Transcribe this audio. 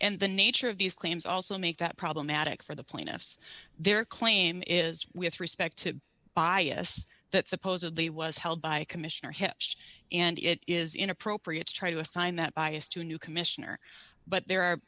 and the nature of these claims also make that problematic for the plaintiffs their claim is with respect to bias that supposedly was held by commissioner hips and it is inappropriate to try to find that bias to a new commissioner but there are